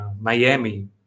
Miami